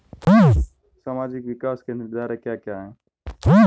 सामाजिक विकास के निर्धारक क्या है?